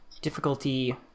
Difficulty